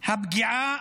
הפגיעה